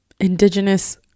indigenous